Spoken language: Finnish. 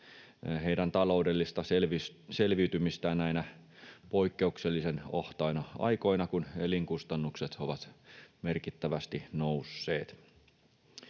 heidän taloudellista selviytymistään näinä poikkeuksellisen ahtaina aikoina, kun elinkustannukset ovat merkittävästi nousseet.